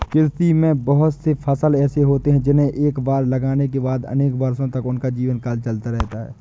कृषि में बहुत से फसल ऐसे होते हैं जिन्हें एक बार लगाने के बाद अनेक वर्षों तक उनका जीवनकाल चलता रहता है